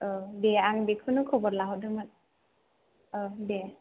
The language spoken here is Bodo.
औ दे आं बेखौनो खबर लाहरदोंमोन औ दे